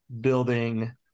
building